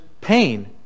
pain